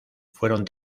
fueron